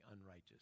unrighteous